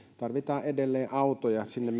tarvitaan edelleen autoja sinne